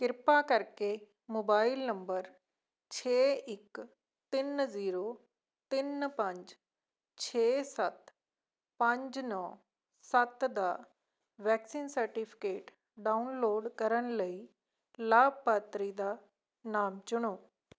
ਕਿਰਪਾ ਕਰਕੇ mobile number ਛੇ ਇੱਕ ਤਿੰਨ ਜ਼ੀਰੋ ਤਿੰਨ ਪੰਜ ਛੇ ਸੱਤ ਪੰਜ ਨੌ ਸੱਤ ਦਾ ਵੈਕਸੀਨ ਸਰਟੀਫਿਕੇਟ ਡਾਊਨਲੋਡ ਕਰਨ ਲਈ ਲਾਭਪਾਤਰੀ ਦਾ ਨਾਮ ਚੁਣੋ